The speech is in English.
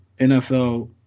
NFL